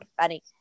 funny